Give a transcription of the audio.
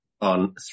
on